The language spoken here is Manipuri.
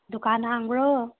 ꯗꯨꯀꯥꯟ ꯍꯥꯡꯕ꯭ꯔꯣ